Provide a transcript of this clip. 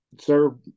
sir